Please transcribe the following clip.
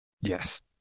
Yes